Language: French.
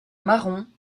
marron